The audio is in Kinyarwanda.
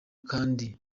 kandi